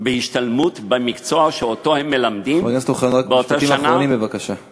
בהשתלמויות במקצוע שהם מלמדים באותה שנה.